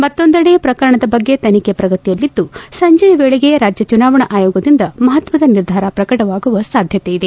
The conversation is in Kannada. ಮತ್ತೊಂದೆಡೆ ಪ್ರಕರಣದ ಬಗ್ಗೆತನಿಬೆ ಪ್ರಗತಿಯಲ್ಲಿದ್ದು ಸಂಜೆಯ ವೇಳೆಗೆ ರಾಜ್ಯ ಚುನಾವಣಾ ಆಯೋಗದಿಂದ ಮಹತ್ವದ ನಿರ್ಧಾರ ಪ್ರಕಟವಾಗುವ ಸಾಧ್ಯತೆ ಇದೆ